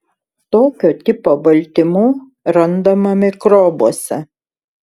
tokio tipo baltymų randama mikrobuose